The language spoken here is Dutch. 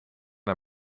hij